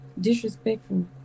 disrespectful